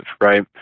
right